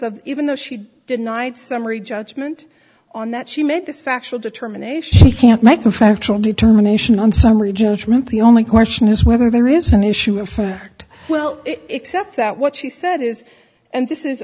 of even though she did night summary judgment on that she made this factual determination she can't make a factual determination on summary judgment the only question is whether there is an issue of for well except that what she said is and this is